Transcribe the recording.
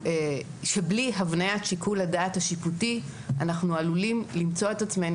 שבלי הבניית שיקול הדעת השיפוטי אנחנו עלולים למצוא את עצמנו